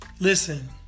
Listen